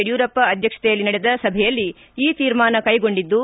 ಯಡಿಯೂರಪ್ಪ ಅಧ್ಯಕ್ಷತೆಯಲ್ಲಿ ನಡೆದ ಸಭೆಯಲ್ಲಿ ಈ ತೀರ್ಮಾನ ಕ್ಟೆಗೊಂಡಿದ್ದು